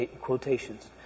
quotations